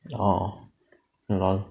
orh lol